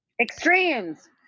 Extremes